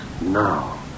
now